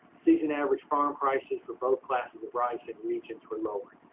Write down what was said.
season-average farm prices for both classes of rice and regions were lowered,